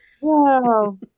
Wow